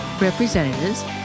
representatives